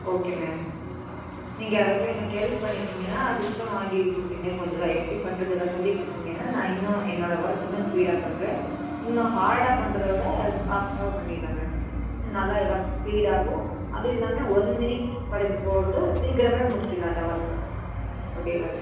okay ma'am நீங்கள் அது வரையும் எனக்கு ஹெல்ப் பண்ணிட்டிங்கன்னா சிஸ்டம் வாங்கி கொடுத்திங்க கொஞ்சம் எப்படி பண்ணுறது எதா சொல்லி கொடுத்திங்கன்னா நான் இன்னும் என்னோட ஒர்க் இன்னும் ஸ்பீடாக பண்ணுவேன் இன்னும் ஹார்டாக பண்றதை விட சாஃப்டாக பண்ணிடலாம் மேம் நல்லா ஒர்க் ஸ்பீடாகவும் அதுவும் இல்லாமல் ஒன் மினிட் வரைக்கும் போகிறதும் சீக்கிரம் முடிச்சிடலாம் இந்த ஒர்க்கை டுடே ஒர்க்